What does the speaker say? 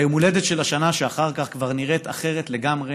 ויום ההולדת של השנה שאחר כך כבר נראית אחרת לגמרי.